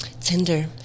Tinder